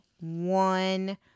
one